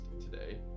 today